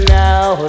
now